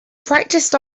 practiced